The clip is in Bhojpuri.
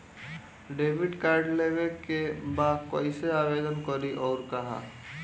डेबिट कार्ड लेवे के बा कइसे आवेदन करी अउर कहाँ?